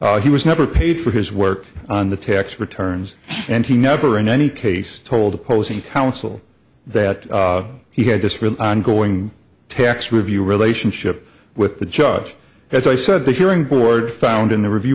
he was never paid for his work on the tax returns and he never in any case told opposing counsel that he had just written ongoing tax review relationship with the judge as i said the hearing board found in the review